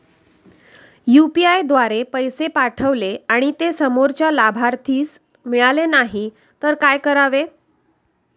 UPI द्वारे पैसे पाठवले आणि ते समोरच्या लाभार्थीस मिळाले नाही तर काय करावे?